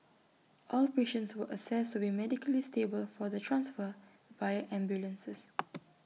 all patients were assessed to be medically stable for the transfer via ambulances